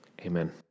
Amen